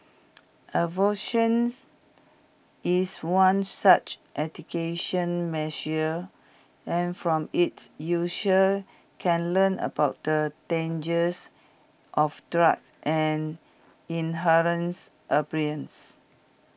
aversions is one such education measure and from IT users can learn about the dangers of drug and